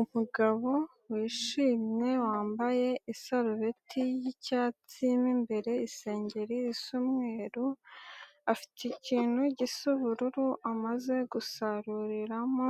Umugabo wishimye wambaye isarubeti y'icyatsi mu imbere isengeri z'umweru. Afite ikintu gisa ubururu amaze gusaruriramo